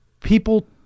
people